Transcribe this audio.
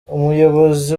umuyobozi